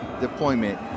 deployment